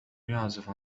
يعزف